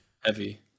heavy